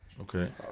Okay